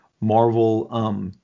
Marvel –